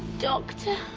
doctor!